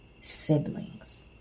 siblings